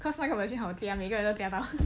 cause 那个 machine 好夹每个人要夹 mah